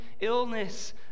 illness